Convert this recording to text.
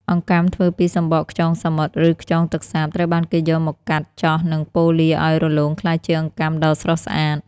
អង្កាំធ្វើពីសំបកខ្យងសមុទ្រ ឬខ្យងទឹកសាប ត្រូវបានគេយកមកកាត់ ចោះ និងប៉ូលាឲ្យរលោងក្លាយជាអង្កាំដ៏ស្រស់ស្អាត។